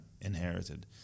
inherited